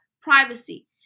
privacy